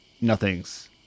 nothing's